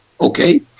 Okay